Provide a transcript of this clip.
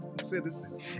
citizen